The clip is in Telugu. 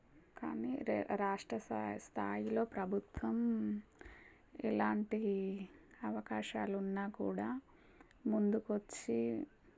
కానీ రే రాష్ట స్థా స్థాయిలో ప్రభుత్వం ఎలాంటి అవకాశాలున్నా కూడా ముందుకొచ్చి